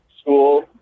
school